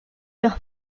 faire